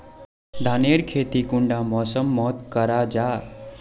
धानेर खेती कुंडा मौसम मोत करा जा?